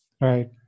Right